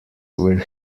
where